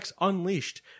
Unleashed